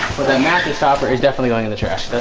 that mattress topper is definitely going in the trash. that's